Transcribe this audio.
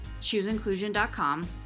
chooseinclusion.com